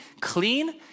clean